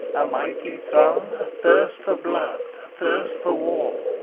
a mighty throng athirst for blood, athirst for war,